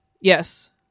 yes